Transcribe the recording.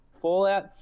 Fallout